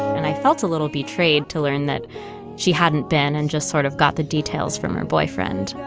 and i felt a little betrayed to learn that she hadn't been and just sort of got the details from her boyfriend